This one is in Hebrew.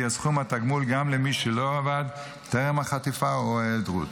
יהיה סכום התגמול גם למי שלא עבד טרם החטיפה או ההיעדרות.